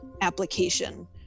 application